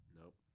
Nope